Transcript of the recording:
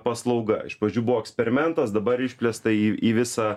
paslauga iš pradžių buvo eksperimentas dabar išplėsta į į visą